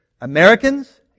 Americans